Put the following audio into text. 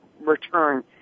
return